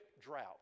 drought